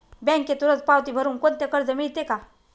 बँकेत रोज पावती भरुन कोणते कर्ज मिळते का?